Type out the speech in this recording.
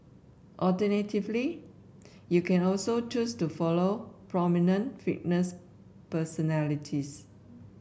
alternatively you can also choose to follow prominent fitness personalities